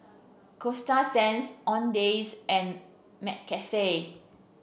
Coasta Sands Owndays and McCafe